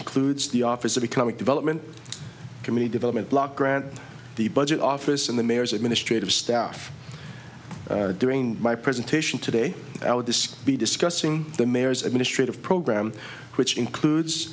includes the office of economic development committee development block grant the budget office and the mayor's administrative staff during my presentation today i would this be discussing the mayor's administrative program which includes